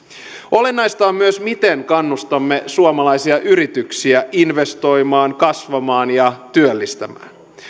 olennaista on myös miten kannustamme suomalaisia yrityksiä investoimaan kasvamaan ja työllistämään